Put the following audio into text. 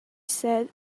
said